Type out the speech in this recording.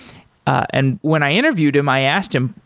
and when i interviewed him i asked him,